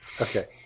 Okay